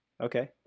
okay